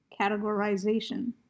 categorization